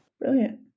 Brilliant